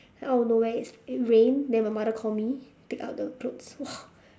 out of nowhere it it rained then my mother call me take out the clothes !wah!